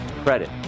credit